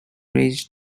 raised